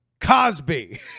Cosby